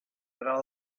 tra